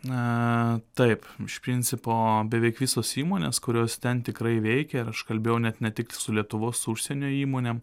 na taip iš principo beveik visos įmonės kurios ten tikrai veikia ir aš kalbėjau net ne tik su lietuvos su užsienio įmonėm